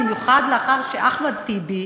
במיוחד לאחר שאחמד טיבי,